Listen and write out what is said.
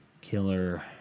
Killer